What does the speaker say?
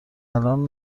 الان